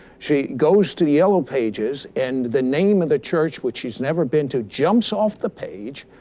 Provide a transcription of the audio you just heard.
she goes to the yellow pages and the name of the church, which she's never been to, jumps off the page.